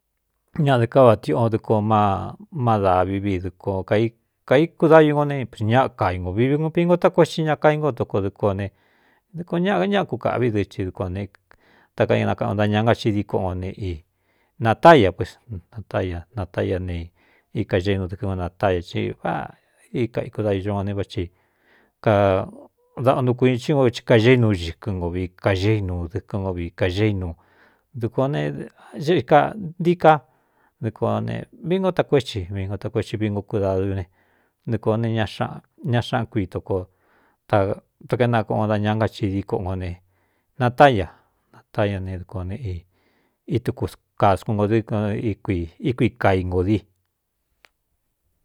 Ñaꞌdɨ ká va tiꞌon dɨko má má dāvi vi dɨkuān kaíkudayu ngo ne ñáꞌa kai ngō vivi nko vingo tako é xi ña kaí ngo toko dɨɨk o ne dɨko ñaꞌa k ñaa kú kāꞌví dɨ tɨɨ dukuān ne ta kaénakaꞌan o ndaña ngá xi dií koꞌ n o ne i natá ya pués natá ya natá ñá ne ikageínu dɨkɨ́n ngo natá ya ci váꞌā í kaikudauño ngo ne vá ti kadaꞌntuu kui tí nko i kageinú ñɨkɨn nko vi kaxeinu dɨkɨn no vi kāgeínu dukuā o ne eika ntí ká dɨko ne vii nko takuétsi mii nko takoéxi vi ngo kudau ne tɨkōo ne xña xáꞌan kui toko ato kaénakaꞌ o o ndaña náxi di koꞌo ngo ne natáya natáñá ne dɨko ne i ítuku kā skuan nko dɨ́kɨ íkui kai ngō di.